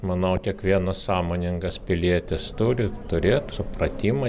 manau kiekvienas sąmoningas pilietis turi turėt supratimą